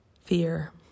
fear